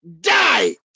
die